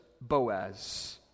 Boaz